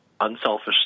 unselfish